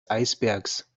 eisbergs